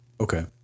Okay